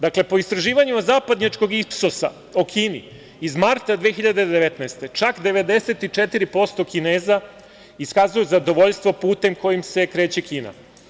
Dakle, po istraživanjima zapadnjačkog IPSOS-a o Kini, iz marta 2019. godine, čak 94% Kineza iskazuje zadovoljstvo putem kojim se kreće Kina.